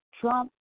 Trump